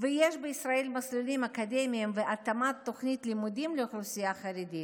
ויש בישראל מסלולים אקדמיים והתאמת תוכניות לימודים לאוכלוסייה החרדית.